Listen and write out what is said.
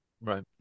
Right